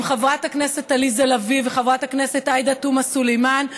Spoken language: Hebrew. עם חברת הכנסת עליזה לביא וחברת הכנסת עאידה תומא סולימאן,